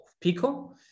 Pico